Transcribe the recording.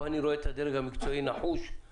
פה אני רואה את הדרג המקצועי נחוש, מוכן,